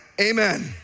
Amen